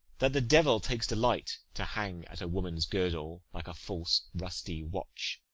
that the devil takes delight to hang at a woman's girdle, like a false rusty watch,